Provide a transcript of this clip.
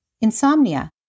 Insomnia